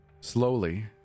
Slowly